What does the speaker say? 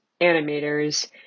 animators